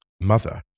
mother